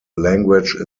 language